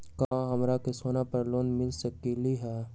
का हमरा के सोना पर लोन मिल सकलई ह?